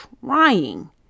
trying